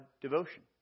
devotion